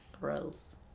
Gross